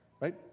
Right